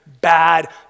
bad